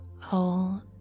hold